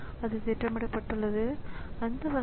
எனவே இந்த ஸிபியு என்ன செய்கிறது